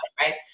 right